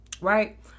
right